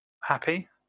happy